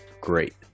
Great